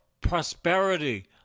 prosperity